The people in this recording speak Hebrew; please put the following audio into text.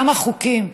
כמה חוקים?